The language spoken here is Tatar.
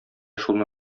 шуны